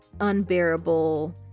unbearable